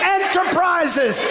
enterprises